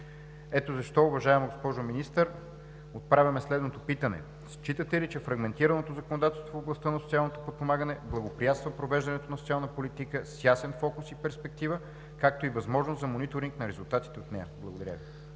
Ето защо, уважаема госпожо Министър, отправяме следното питане: считате ли, че фрагментираното законодателство в областта на социалното подпомагане благоприятства провеждането на социална политика с ясен фокус и перспектива, както и възможност за мониторинг на резултатите от нея? Благодаря Ви.